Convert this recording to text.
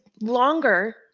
longer